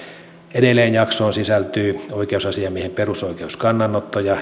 edelleen jaksoon sisältyy oikeusasiamiehen perusoikeuskannanottoja